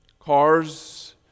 Cars